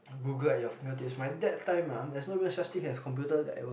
Google at your finger tips my dad time ah there's not even such thing as computer that was